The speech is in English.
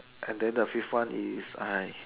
and then the fifth one is I